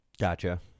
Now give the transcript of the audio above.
gotcha